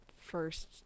first